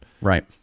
Right